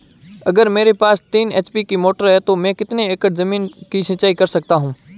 अगर मेरे पास तीन एच.पी की मोटर है तो मैं कितने एकड़ ज़मीन की सिंचाई कर सकता हूँ?